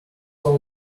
all